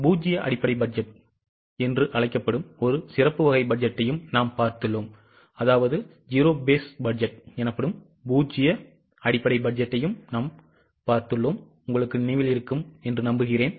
பூஜ்ஜிய அடிப்படை பட்ஜெட் என்று அழைக்கப்படும் ஒரு சிறப்பு வகை பட்ஜெட்டையும் நாம் பார்த்துள்ளோம் உங்களுக்கு நினைவிருக்கிறதா